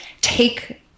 take